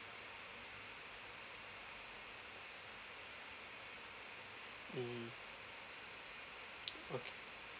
mm okay